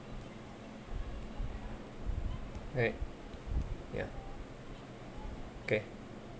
alright ya okay